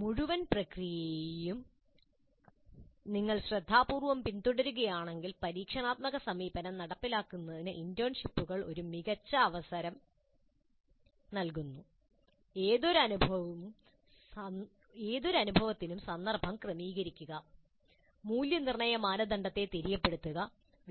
മുഴുവൻ പ്രക്രിയയും നിങ്ങൾ ശ്രദ്ധാപൂർവ്വം പിന്തുടരുകയാണെങ്കിൽ പരീക്ഷണാത്മക സമീപനം നടപ്പിലാക്കുന്നതിന് ഇന്റേൺഷിപ്പുകൾ ഒരു മികച്ച അവസരം നൽകുന്നു ഏതൊരു അനുഭവത്തിനും സന്ദർഭം ക്രമീകരിക്കുക മൂല്യനിർണ്ണയ മാനദണ്ഡത്തെ തെര്യപ്പെടുത്തുക